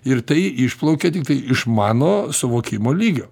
ir tai išplaukia tiktai iš mano suvokimo lygio